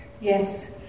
Yes